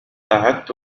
أعدت